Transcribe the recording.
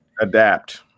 adapt